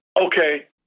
Okay